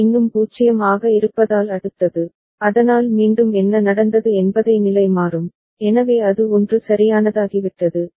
C இன்னும் 0 ஆக இருப்பதால் அடுத்தது அதனால் மீண்டும் என்ன நடந்தது என்பதை நிலைமாறும் எனவே அது 1 சரியானதாகிவிட்டது